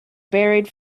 buried